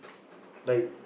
like